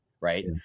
right